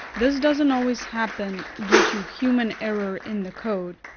this doesn't always happen due to human error in the code,